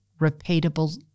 repeatable